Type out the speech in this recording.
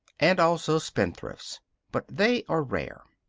and also spendthrifts but they are rare.